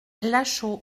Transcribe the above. lachaud